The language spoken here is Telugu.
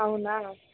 అవునా